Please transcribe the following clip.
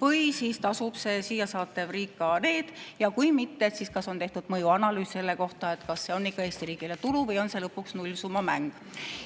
või siis tasub see vange siia saatev riik ka need? Kui mitte, siis kas on tehtud mõjuanalüüs selle kohta, kas see on ikka Eesti riigile tulu või on see lõpuks nullsummamäng?